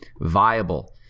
viable